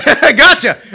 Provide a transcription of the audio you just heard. Gotcha